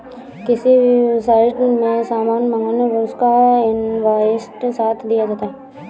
किसी भी वेबसाईट से सामान मंगाने पर उसका इन्वॉइस साथ दिया जाता है